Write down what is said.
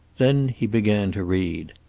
then he began to read.